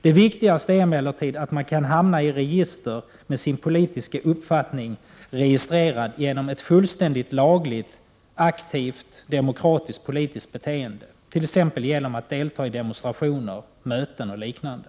Det viktigaste är emellertid att man kan hamna i register med sin politiska uppfattning registrerad genom ett fullständigt lagligt, aktivt, demokratiskt, politiskt beteende, t.ex. genom att delta i demonstrationer, möten och liknande.